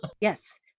Yes